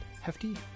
hefty